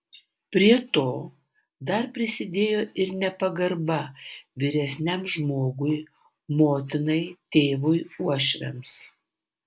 prie to dar prisidėjo ir nepagarba vyresniam žmogui motinai tėvui uošviams